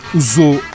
usou